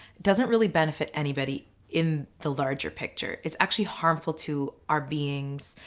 doesn't really benefit anybody in the larger picture. it's actually harmful to our beings,